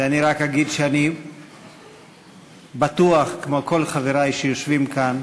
ואני רק אגיד שאני בטוח, כמו כל חברי שיושבים כאן,